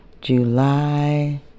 July